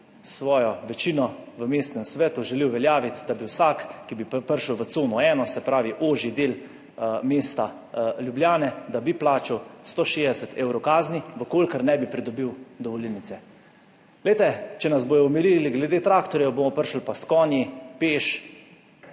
svojo večino v mestnem svetu želi uveljaviti, da bi vsak, ki bi prišel v cono 1, se pravi ožji del mesta Ljubljane, da bi plačal 160 evrov kazni, v kolikor ne bi pridobil dovolilnice. Glejte, če nas bodo umirili glede traktorjev, bomo prišli pa s konji, peš,